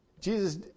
Jesus